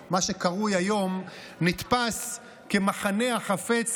מה שקרוי היום "מחנה השלום" נתפס כמחנה החפץ